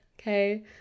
okay